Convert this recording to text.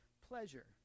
pleasure